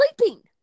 sleeping